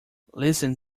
listen